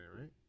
right